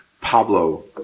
Pablo